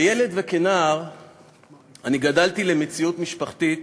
כילד וכנער גדלתי למציאות משפחתית